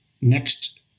next